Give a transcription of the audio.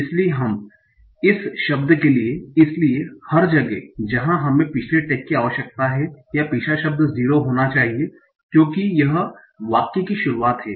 इसलिए इस शब्द के लिए इसलिए हर जगह जहां हमें पिछले टैग की आवश्यकता है या पिछला शब्द 0 होना चाहिए क्योंकि यह वाक्य की शुरुआत है